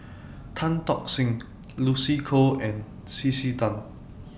Tan Tock Seng Lucy Koh and C C Tan